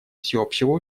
всеобщего